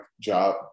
job